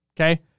Okay